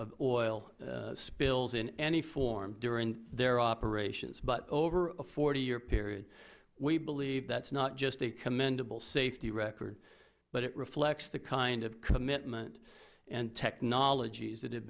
of oil spills in any form during their operations but over a year period we believe that's not just a commendable safety record but it reflects the kind of commitment and technologies that ha